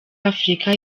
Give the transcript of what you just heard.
afurika